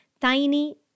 tiny